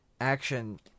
action